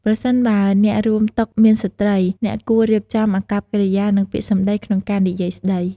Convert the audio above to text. ប្រសិនបើអ្នករួមតុមានស្ត្រី អ្នកគួររៀបចំអាកប្បកិរិយា និងពាក្យសម្ដីក្នុងការនិយាយស្ដី។